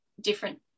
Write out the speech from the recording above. different